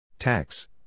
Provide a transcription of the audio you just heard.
Tax